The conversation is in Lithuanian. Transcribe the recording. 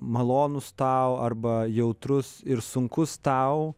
malonus tau arba jautrus ir sunkus tau